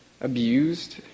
abused